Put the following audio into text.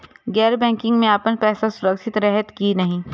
गैर बैकिंग में अपन पैसा सुरक्षित रहैत कि नहिं?